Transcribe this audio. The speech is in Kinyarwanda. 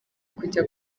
kujya